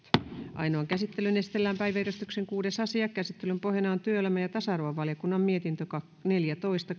ainoaan käsittelyyn esitellään päiväjärjestyksen kuudes asia käsittelyn pohjana on työelämä ja tasa arvovaliokunnan mietintö neljätoista